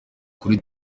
kuri